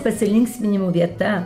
pasilinksminimų vieta